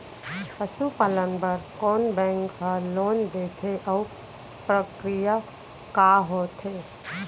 पसु पालन बर कोन बैंक ह लोन देथे अऊ प्रक्रिया का होथे?